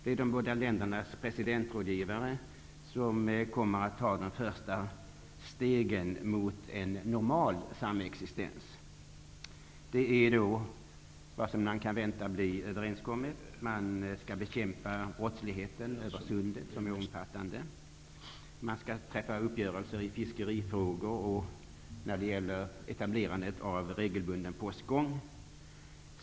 Det är de båda ländernas presidentrådgivare som kommer att ta de första stegen mot en normal samexistens. Det man kan vänta att de kommer överens om är att bekämpa brottsligheten över sundet, vilken är omfattande. Man skall träffa uppgörelser i fiskerifrågor och när det gäller etablerandet av regelbunden postgång.